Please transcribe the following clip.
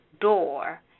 door